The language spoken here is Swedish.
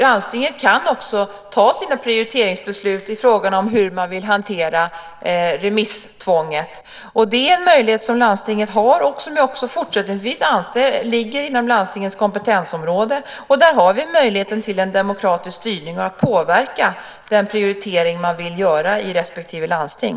Landstingen kan också fatta sina prioriteringsbeslut när det gäller frågan om hur man vill hantera remisstvånget. Det är en möjlighet som landstingen har, och som jag anser också fortsättningsvis ligger inom landstingens kompetensområde. Där har vi möjlighet till en demokratisk styrning och att påverka den prioritering man vill göra i respektive landsting.